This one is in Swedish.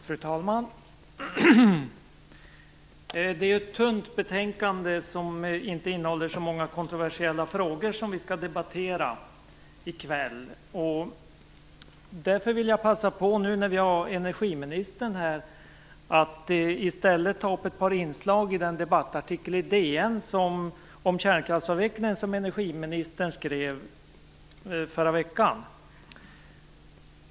Fru talman! Det är ett tunt betänkande som inte innehåller så många kontroversiella frågor som vi skall behandla i kväll. Därför vill jag passa på när vi nu har energiministern här att ta upp ett par inslag i den debattartikel i DN om kärnkraftsavvecklingen som energiministern skrev i förra veckan.